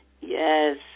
Yes